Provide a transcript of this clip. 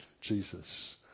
Jesus